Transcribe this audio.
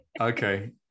Okay